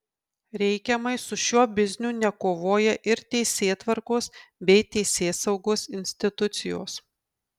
reikiamai su šiuo bizniu nekovoja ir teisėtvarkos bei teisėsaugos institucijos